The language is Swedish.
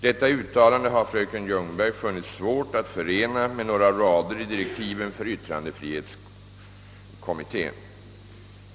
Detta uttalande har fröken Ljungberg funnit svårt att förena med några rader i direktiven för yttrandefrihetskommittén.